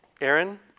Aaron